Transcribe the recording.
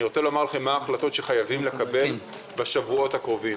אני רוצה לומר לכם מה ההחלטות שחייבים לקבל בשבועות הקרובים.